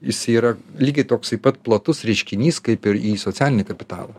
jis yra lygiai toksai pat platus reiškinys kaip ir į socialinį kapitalą